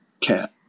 cat